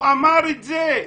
הוא אמר את זה.